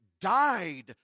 died